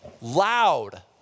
loud